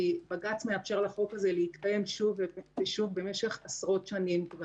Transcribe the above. כי בג"ץ מאפשר לחוק הזה להתקיים שוב ושוב במשך עשרות שנים.